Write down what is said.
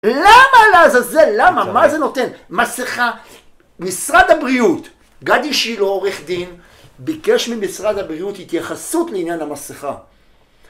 למה לעזאזל? למה? מה זה נותן? מסכה, משרד הבריאות, גד אישי לא עורך דין, ביקש ממשרד הבריאות התייחסות לעניין המסכה.